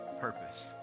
purpose